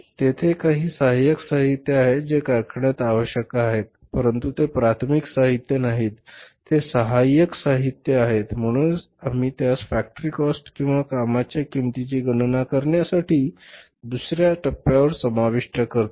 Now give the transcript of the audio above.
तेथे काही सहाय्यक साहित्य आहेत जे कारखान्यात आवश्यक आहेत परंतु ते प्राथमिक साहित्य नाहीत ते सहाय्यक साहित्य आहेत म्हणूनच आम्ही त्यास फॅक्टरी काॅस्ट किंवा कामाच्या किंमतीची गणना करण्यासाठी दुसर्या टप्प्यावर समाविष्ट करतो